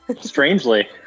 Strangely